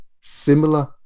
similar